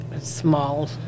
small